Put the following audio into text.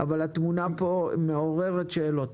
אבל התמונה פה מעוררת שאלות.